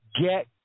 get